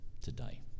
today